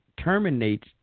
terminates